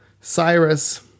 Cyrus